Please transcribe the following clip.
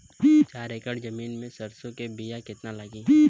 चार एकड़ जमीन में सरसों के बीया कितना लागी?